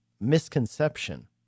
misconception